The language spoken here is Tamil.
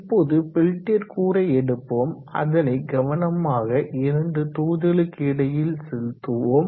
இப்போது பெல்டியர் கூறை எடுப்போம் அதனை கவனமாக இரண்டு தொகுதிகளுக்கு இடையில் செலுத்துவோம்